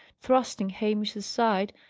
thrusting hamish aside,